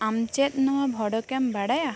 ᱟᱢ ᱪᱮᱫ ᱱᱚᱣᱟ ᱵᱷᱚᱲᱠᱮᱢ ᱵᱟᱲᱟᱭᱟ